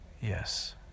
Yes